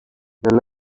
the